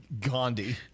Gandhi